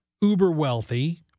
uber-wealthy